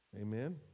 Amen